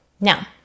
Now